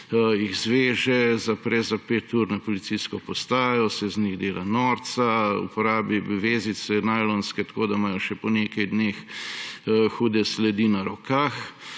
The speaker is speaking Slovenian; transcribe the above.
jih zveže, zapre za pet ur na policijsko postajo, se iz njih dela norca, uporabi najlonske vezice tako, da imajo še po nekaj dneh hude sledi na rokah,